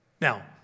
Now